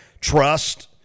trust